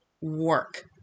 work